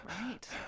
Right